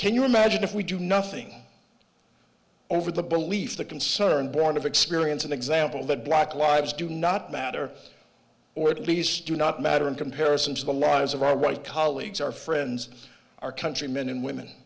can you imagine if we do nothing over the belief the concern born of experience and example that black lives do not matter or at least do not matter in comparison to the lives of our right colleagues our friends our countrymen and women